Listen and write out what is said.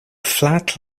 flat